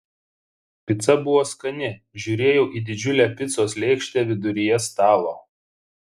pica buvo skani žiūrėjau į didžiulę picos lėkštę viduryje stalo